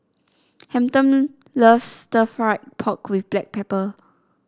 Hampton loves stir fry pork with Black Pepper